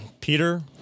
Peter